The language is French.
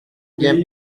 bien